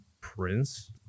Prince